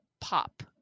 pop